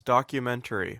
documentary